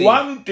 one